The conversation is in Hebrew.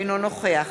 אינו נוכח